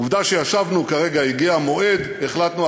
עובדה שישבנו כרגע הגיע המועד, החלטנו.